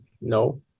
no